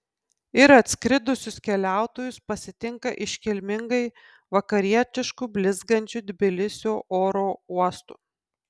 ir atskridusius keliautojus pasitinka iškilmingai vakarietišku blizgančiu tbilisio oro uostu